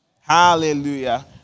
Hallelujah